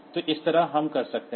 तो इस तरह हम कर सकते हैं